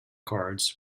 cards